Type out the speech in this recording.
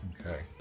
Okay